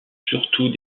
surtout